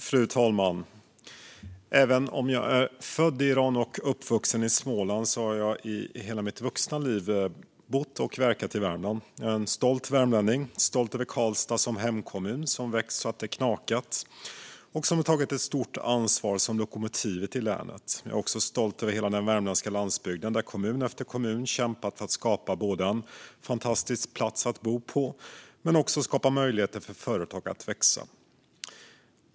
Fru talman! Även om jag är född i Iran och uppvuxen i Småland har jag i hela mitt vuxna liv levt och verkat i Värmland. Jag är en stolt värmlänning. Jag är stolt över Karlstad som hemkommun, som växt så att det knakat och som tagit ett stort ansvar som lokomotivet i länet. Jag är också stolt över hela den värmländska landsbygden där kommun efter kommun kämpat för att skapa både en fantastisk plats att bo på och möjligheter för företag att växa.